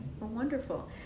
wonderful